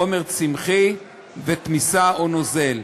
חומר צמחי ותמיסה או נוזל.